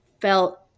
felt